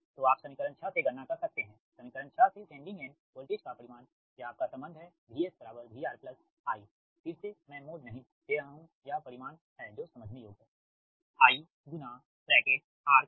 तो आप समीकरण 6 से गणना कर सकते हैं समीकरण 6 से सेंडिंग एंड वोल्टेज का परिमाण यह आपका संबंध है VS VR प्लस I फिर से मैं मोड नही दे रहा हू यह परिमाण है जो समझने योग्य है IRcos RXsin R